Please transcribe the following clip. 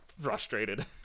frustrated